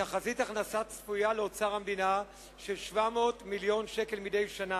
תחזית הכנסה צפויה לאוצר המדינה של 700 מיליון שקל מדי שנה,